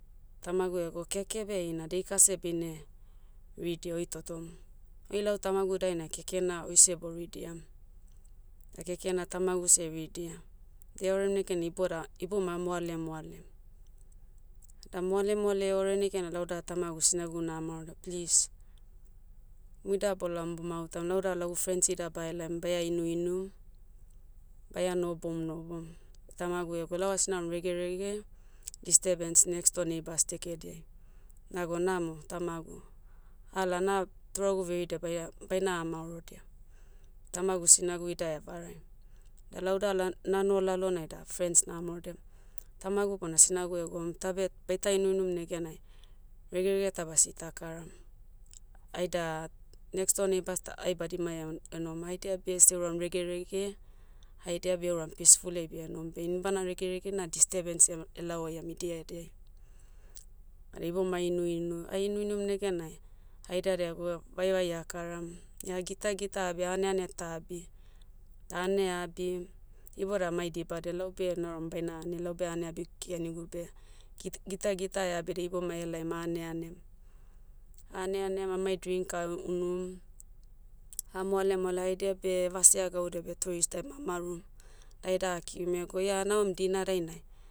Tamagu ego keke beh heina daika seh beine, ridia oi totom. Oi lau tamagu dainai keke na oise boridiam. Da keke na tamagu seh ridia. Eore negen iboda- iboma amoalemoalem. Da moale moale eore negene lauda tamagu sinagu namaorodia please, muida bolaom bomautam lauda lagu frens ida bahelaim baia inuinu, baia nohoboum nohoboum. Tamagu egwa lau asnaram regerege, disturbance next door neighbours dekediai. Nago namo, tamagu. Ala na, turagu veridia baia- baina amaorodia. Tamagu sinagu ida evareai. Da lauda la- nano lalonai da frens namaorodia, tamagu bona sinagu egoum tabe baita inuinum negeda ai badimai enom nai, regerege ta basi takara. Aida, next door neighbours da ai badimai an- enom. Haidia beh suram regerege, haidia beh euram peaceful'iai bienom beh inibana regerege na disturbance eh- elaoaiam idia ediai. Ada ibouma ainuinu, ainuinum negenai, haida degwe, vaivai akaram. Ia gita gita abia aneane aita abi. Da ane abim, iboda mai dibadia laube nauram baina ane laube aneabi kenigu beh, git- gita gita eabia da ibomai aleaim aneanem. Aneanem amai drink ah, unum. Ah moale moale haidia beh hevasea gaudia betoreis da emamarum. Da aida akirim iegou ia na oem dina dainai,